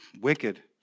wicked